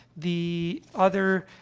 the other,